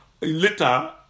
later